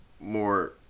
more